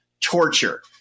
torture